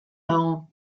dago